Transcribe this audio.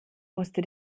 musste